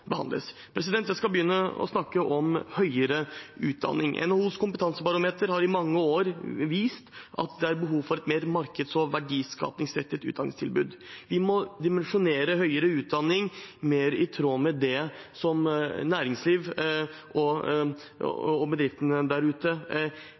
Jeg skal begynne med å snakke om høyere utdanning. NHOs kompetansebarometer har i mange år vist at det er behov for et mer markeds- og verdiskapingsrettet utdanningstilbud. Vi må dimensjonere høyere utdanning mer i tråd med det som næringslivet og